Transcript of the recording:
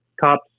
cops